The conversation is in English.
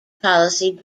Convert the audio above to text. policy